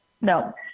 No